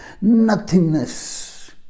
nothingness